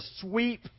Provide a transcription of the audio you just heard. sweep